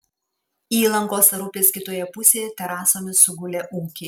įlankos ar upės kitoje pusėje terasomis sugulę ūkiai